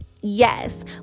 yes